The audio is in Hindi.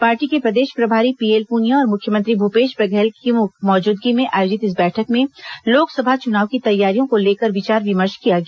पार्टी के प्रदेश प्रभारी पीएल पुनिया और मुख्यमंत्री भूपेश बर्घल की मौजूदगी में आयोजित इस बैठक में लोकसभा चुनाव की तैयारियों को लेकर विचार विमर्श किया गया